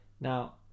Now